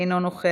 אינו נוכח,